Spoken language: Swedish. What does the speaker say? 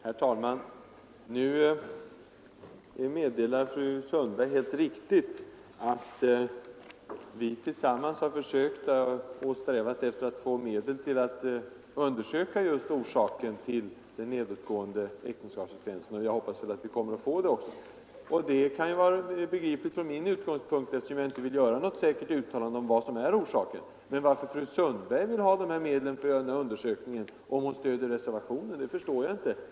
Herr talman! Fru Sundberg sade alldeles riktigt att vi tillsammans har strävat efter att få medel för att undersöka orsaken till den nedåtgående äktenskapsfrekvensen. Jag hoppas också att vi kommer att få de medlen. Och det kan väl vara begripligt från mina utgångspunkter, eftersom jag inte vill göra något tvärsäkert uttalande om vad som är orsaken. Men att fru Sundberg begär pengar för att göra en sådan undersökning, om hon stöder reservationen, förstår jag inte.